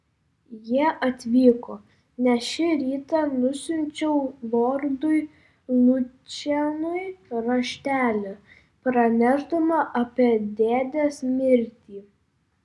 jie atvyko nes šį rytą nusiunčiau lordui lučianui raštelį pranešdama apie dėdės mirtį